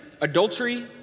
adultery